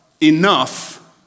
enough